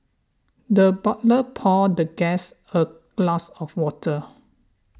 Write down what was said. the butler poured the guest a glass of water